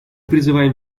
призываем